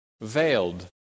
veiled